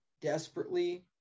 desperately